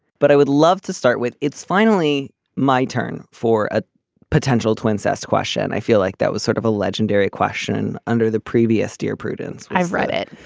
but i would love to start with. it's finally my turn for a potential twin sex question. i feel like that was sort of a legendary question under the previous dear prudence. i've read it.